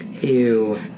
Ew